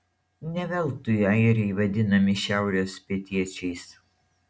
ne veltui airiai vadinami šiaurės pietiečiais